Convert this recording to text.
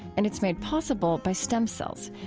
and it's made possible by stem cells,